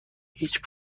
هیچ